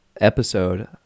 episode